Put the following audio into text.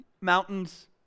mountains